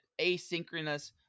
asynchronous